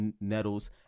nettles